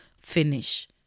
finish